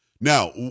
Now